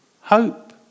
Hope